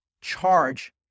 charge